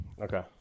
Okay